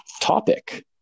topic